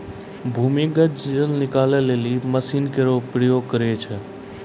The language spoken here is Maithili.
भूमीगत जल निकाले लेलि मसीन केरो प्रयोग करै छै